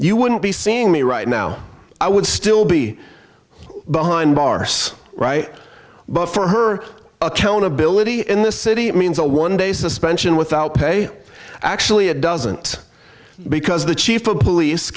you wouldn't be seeing me right now i would still be behind bars right but for her accountability in this city means a one day suspension without pay actually it doesn't because the chief of police